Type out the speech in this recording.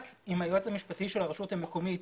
רק אם היועץ המשפטי של הרשות המקומית